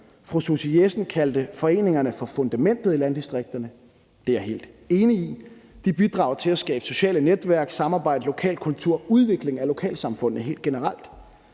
Fru Sussie Jessen kaldte foreningerne for fundamentet i landdistrikterne. Det er jeg helt enig i. De bidrager til at skabe sociale netværk, samarbejde lokalt, kultur og udvikling af lokalsamfundet helt generelt.